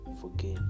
forget